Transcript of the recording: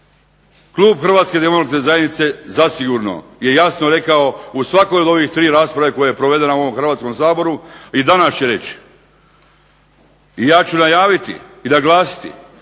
Klub HDZ-a zasigurno je jasno rekao u svakoj od ove tri rasprave koje su provedene u Hrvatskom saboru i danas će reći i ja ću najaviti i naglasiti